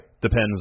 Depends